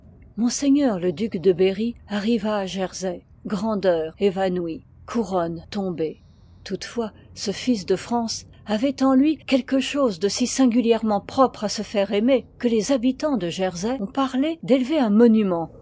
ms le duc de berry arriva à jersey grandeur évanouie couronne tombée toutefois ce fils de france avoit en lui quelque chose de si singulièrement propre à se faire aimer que les habitans de jersey ont parlé d'élever un monument